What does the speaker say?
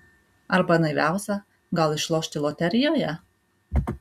arba naiviausia gal išlošti loterijoje